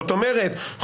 זאת אומרת,